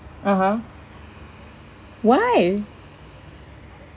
(uh huh) why